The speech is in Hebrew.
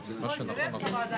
בוקר טוב,